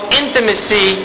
intimacy